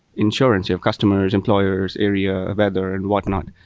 insurance, you have customers, employers, area, weather and whatnot.